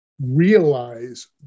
realize